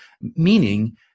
meaning